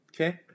okay